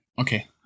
okay